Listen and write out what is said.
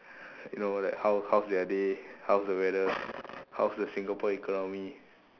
you know like how how's their day how's the weather how's the Singapore economy